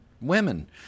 women